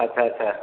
ଆଚ୍ଛା ଆଚ୍ଛା